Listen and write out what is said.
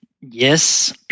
Yes